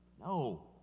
No